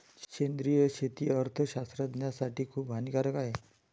सेंद्रिय शेती अर्थशास्त्रज्ञासाठी खूप हानिकारक आहे